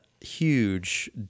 huge